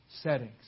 settings